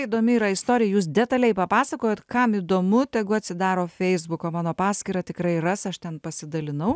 įdomi yra istorija jūs detaliai papasakojot kam įdomu tegu atsidaro feisbuko mano paskyrą tikrai ras aš ten pasidalinau